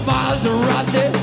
Maserati